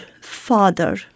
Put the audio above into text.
father